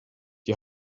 die